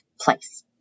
place